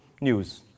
news